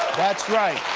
that's right.